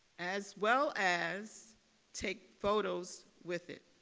as well as take photos with it.